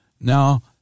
Now